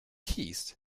keys